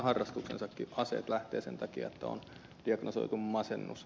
aseet lähtevät sen takia että on diagnosoitu masennus